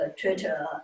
Twitter